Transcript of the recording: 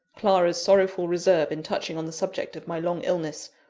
clara's sorrowful reserve in touching on the subject of my long illness,